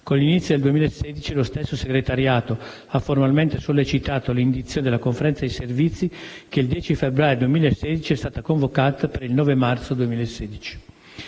Con gli inizi del 2016 lo stesso Segretariato ha formalmente sollecitato l'indizione della Conferenza di servizi, che il 10 febbraio 2016 è stata convocata per il 9 marzo 2016.